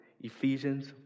Ephesians